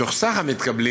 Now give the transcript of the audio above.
מתוך סך המתקבלים: